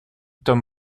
tom